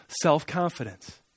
self-confidence